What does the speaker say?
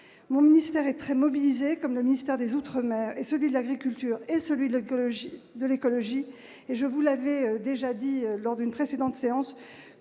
mon ministère est très mobilisée, comme le ministère des Outre-Mer et celui de l'Agriculture et celui de l'écologie, de l'écologie, et je vous l'avez déjà dit lors d'une précédente séance